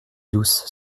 douce